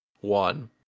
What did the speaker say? one